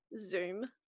Zoom